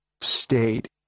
state